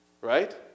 right